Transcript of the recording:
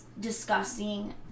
disgusting